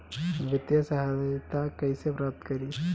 वित्तीय सहायता कइसे प्राप्त करी?